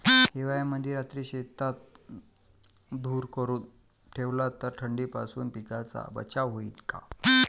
हिवाळ्यामंदी रात्री शेतात धुर करून ठेवला तर थंडीपासून पिकाचा बचाव होईन का?